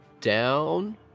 down